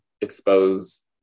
expose